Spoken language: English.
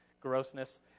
grossness